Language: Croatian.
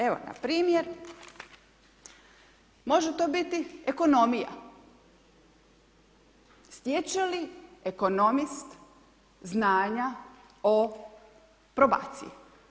Evo na primjer, može to biti ekonomija, stječe li ekonomist znanja o probaciji?